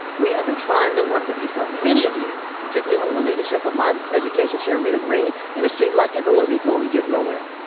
we have been trying to work with you for many of years. particularly under the leadership of my education chair rita green and it seems like everywhere we go we get nowhere.